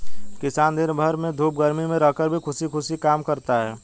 किसान दिन भर धूप में गर्मी में रहकर भी खुशी खुशी काम करता है